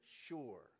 sure